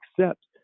accept